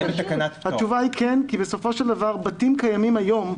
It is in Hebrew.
התשובה היא כן, כי בסופו של דבר בתים קיימים היום,